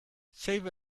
save